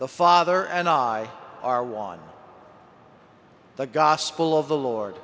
the father and i are one the gospel of the lord